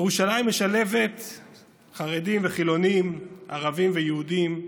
ירושלים משלבת חרדים וחילונים, ערבים ויהודים,